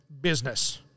business